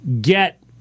get